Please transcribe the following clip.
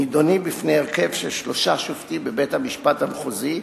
נדונים בפני הרכב של שלושה שופטים בבית-משפט מחוזי,